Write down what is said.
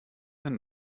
wenn